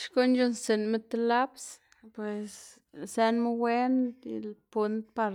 Xkuꞌn c̲h̲uꞌnnstsiꞌnma ti laps, pues sënmu wen pund par